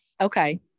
okay